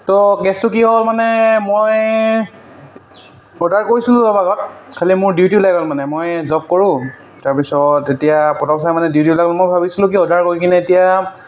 তো কেচটো কি হ'ল মানে মই অৰ্ডাৰ কৰিছিলোঁ অলপ আগত খালি মোৰ ডিউটি লাগি গ'ল মানে মই জব কৰোঁ তাৰপিছত এতিয়া পটকছে মানে ডিউটি লাগি গ'ল মই ভাবিছিলোঁ কি অৰ্ডাৰ কৰি কিনে এতিয়া